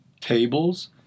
tables